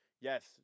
Yes